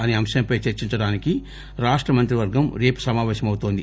అసే అంశంపై చర్చించడానికి రాష్ట మంత్రి వర్గం రేపు సమాపేశమవుతోంది